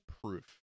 proof